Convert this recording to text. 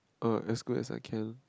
er as good as I can